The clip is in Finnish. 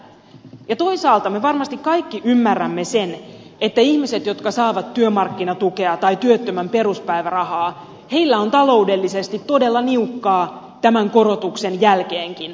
toisaalta me varmasti kaikki ymmärrämme sen että ihmisillä jotka saavat työmarkkinatukea tai työttömän peruspäivärahaa on taloudellisesti todella niukkaa tämän korotuksen jälkeenkin